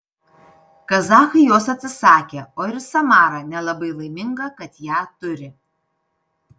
kazachai jos atsisakė o ir samara nelabai laiminga kad ją turi